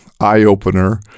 eye-opener